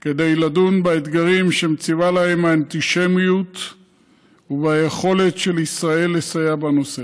כדי לדון באתגרים שמציבה להם האנטישמיות וביכולת של ישראל לסייע בנושא.